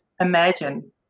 imagine